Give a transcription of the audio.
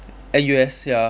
N_U_S ya